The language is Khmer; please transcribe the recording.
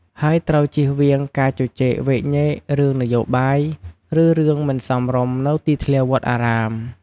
ហើយត្រូវជៀសវាងការជជែកវែកញែករឿងនយោបាយ ឬរឿងមិនសមរម្យនៅទីធ្លាវត្តអារាម។